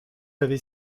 avez